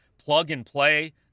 plug-and-play